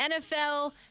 NFL